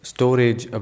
Storage